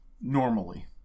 normally